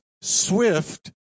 swift